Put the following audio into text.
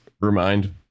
remind